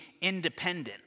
independent